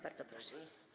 Bardzo proszę.